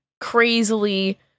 Crazily